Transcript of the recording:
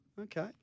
Okay